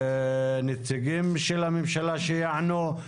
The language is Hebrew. נציגים של הממשלה שיענו.